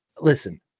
Listen